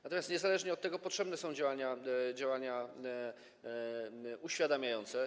Natomiast niezależnie od tego potrzebne są działania uświadamiające.